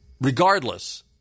regardless